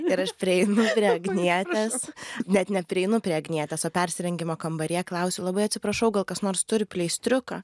ir aš prieinu prie agnietės net neprieinu prie agnietės o persirengimo kambaryje klausiu labai atsiprašau gal kas nors turi pleistriuką